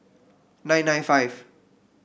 nine nine five